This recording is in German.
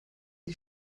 die